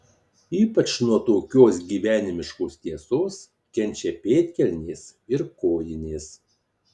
ypač nuo tokios gyvenimiškos tiesos kenčia pėdkelnės ir kojinės